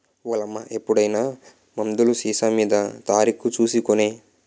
ఓలమ్మా ఎప్పుడైనా మందులు సీసామీద తారీకు సూసి కొనే